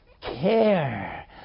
care